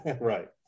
Right